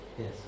Yes